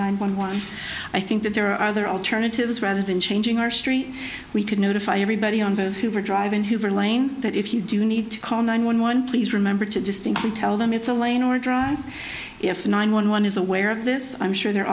nine hundred one i think that there are other alternatives rather than changing our street we could notify everybody on the hoover drive in hoover lane that if you do need to call nine one one please remember to distinctly tell them it's a lane or drive if nine one one is aware of this i'm sure they're